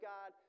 God